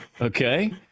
Okay